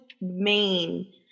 main